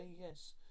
Yes